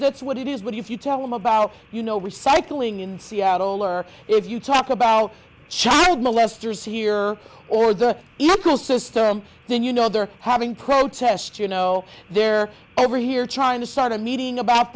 s what it is but if you tell them about you know recycling in seattle or if you talk about child molesters here or the ecosystem then you know they're having protests you know they're every here trying to start a meeting about